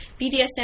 BDSM